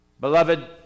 Beloved